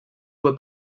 were